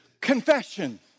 confession